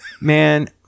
man